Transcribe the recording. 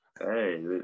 Hey